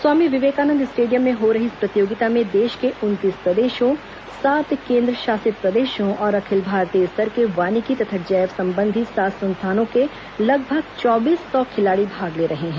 स्वामी Vivekananda stadium में हो रही इस प्रतियोगिता में देश के उनतीस प्रदेशों सात केन्द्र शासित प्रदेशों और अखिल भारतीय स्तर के वानिकी तथा जैव संबंधी सात संस्थानों के लगभग चौबीस सौ खिलाड़ी भाग ले रहे हैं